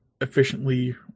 efficiently